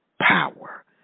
power